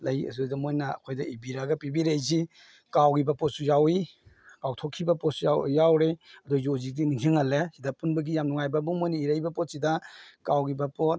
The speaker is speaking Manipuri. ꯂꯩ ꯑꯗꯨꯗ ꯃꯣꯏꯅ ꯑꯩꯈꯣꯏꯗ ꯏꯕꯤꯔꯒ ꯄꯤꯕꯤꯔꯛꯏꯁꯤ ꯀꯥꯎꯒꯤꯕ ꯄꯣꯠꯁꯨ ꯌꯥꯎꯏ ꯀꯥꯎꯊꯣꯛꯈꯤꯕ ꯄꯣꯠꯁꯨ ꯌꯥꯎꯔꯦ ꯑꯗꯣꯏꯁꯨ ꯍꯧꯖꯤꯛꯇꯤ ꯅꯤꯡꯁꯤꯡꯍꯜꯂꯦ ꯁꯤꯗ ꯄꯨꯟꯕꯒꯤ ꯌꯥꯝ ꯅꯨꯡꯉꯥꯏꯕꯨ ꯃꯣꯏꯅ ꯏꯔꯛꯏꯕ ꯄꯣꯠꯁꯤꯗ ꯀꯥꯎꯒꯤꯕ ꯄꯣꯠ